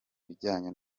bijyanye